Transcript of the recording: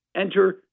enter